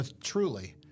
Truly